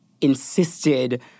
insisted